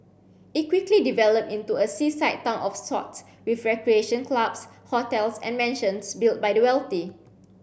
it quickly developed into a seaside town of sorts with recreation clubs hotels and mansions built by the wealthy